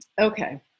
Okay